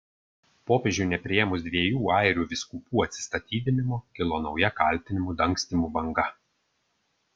popiežiui nepriėmus dviejų airių vyskupų atsistatydinimo kilo nauja kaltinimų dangstymu banga